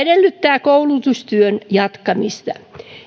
edellyttää koulutustyön jatkamista